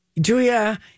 Julia